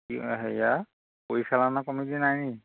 হেৰিয়াৰ পৰিচালনা কমিতি নাই নি